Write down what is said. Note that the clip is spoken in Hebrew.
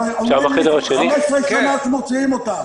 אבל אומרים לי שכבר 15 שנה מוציאים אותם.